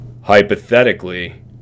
Hypothetically